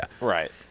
Right